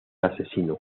asesino